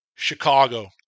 Chicago